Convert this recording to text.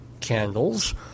candles